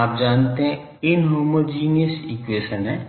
आप जानते inhomogeneous equation हैं